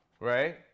Right